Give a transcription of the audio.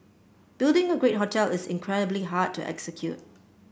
building a great hotel is incredibly hard to execute